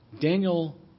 Daniel